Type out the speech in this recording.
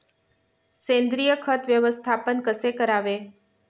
सेंद्रिय खत व्यवस्थापन कसे करावे?